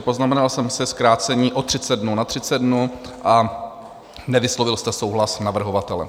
Poznamenal jsem si zkrácení o 30 dnů na 30 dnů a nevyslovil jste souhlas navrhovatele.